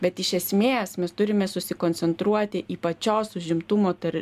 bet iš esmės mes turime susikoncentruoti į pačios užimtumo tar